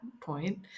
point